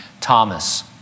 Thomas